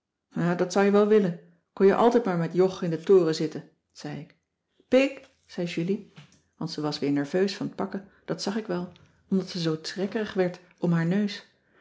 ja dat zou je wel willen kon je altijd maar met jog in den toren zitten zei ik pig zei julie want ze was weer nerveus van t pakken dat zag ik wel omdat ze zoo trekkerig werd om haar neus